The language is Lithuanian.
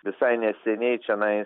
visai neseniai čianai